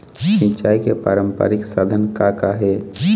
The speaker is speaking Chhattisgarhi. सिचाई के पारंपरिक साधन का का हे?